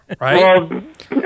right